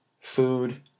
food